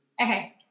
okay